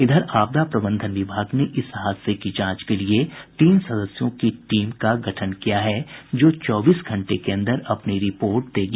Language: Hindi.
इधर आपदा प्रबंधन विभाग ने इस हादसे की जांच के लिए तीन सदस्यों की टीम कमिटी का गठन किया है जो चौबीस घंटे के अंदर अपनी रिपोर्ट देगी